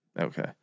Okay